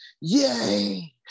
yay